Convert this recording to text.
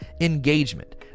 engagement